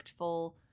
impactful